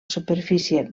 superfície